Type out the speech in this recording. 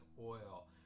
oil